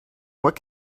what